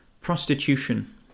prostitution